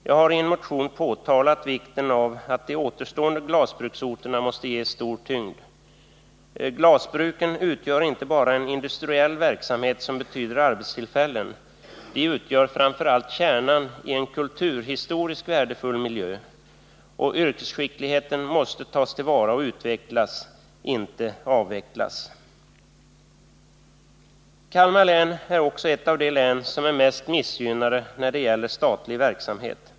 Jag har i en motion påtalat vikten av att de återstående glasbruksorterna måste ges stor tyngd. Glasbruken utgör inte bara en industriell verksamhet som betyder arbetstillfällen, de utgör framför allt kärnan i en kulturhistoriskt värdefull miljö. Yrkesskickligheten måste tas till vara och utvecklas, inte avvecklas. Kalmar län är också ett av de län som är mest missgynnade när det gäller statlig verksamhet.